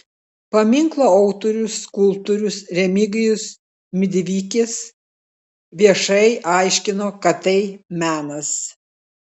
paminklo autorius skulptorius remigijus midvikis viešai aiškino kad tai menas